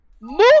Move